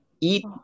eat